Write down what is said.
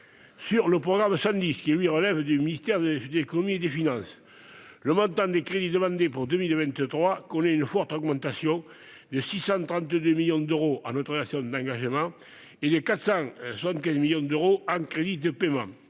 Sur le programme 110, qui, lui, relève du ministère de l'économie et des finances, le montant des crédits demandés pour 2023 connaît une forte augmentation, de 632 millions d'euros en autorisations d'engagement et de 475 millions d'euros en crédits de paiement.